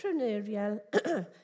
entrepreneurial